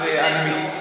אבל אני לא שתקתי.